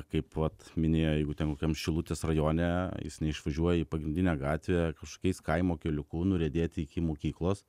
kaip vat minėjo jeigu ten kokiam šilutės rajone jis neišvažiuoja į pagrindinę gatvę kažkokiais kaimo keliuku nuriedėti iki mokyklos